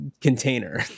container